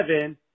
seven